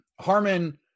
Harmon